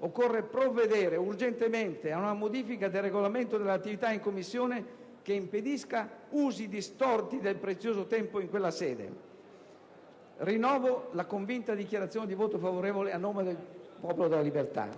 occorre provvedere urgentemente ad una modifica delle norme del Regolamento che disciplinano l'attività in Commissione che impedisca usi distorti del prezioso tempo in quella sede. Rinnovo la convinta dichiarazione di voto favorevole a nome del Popolo della Libertà.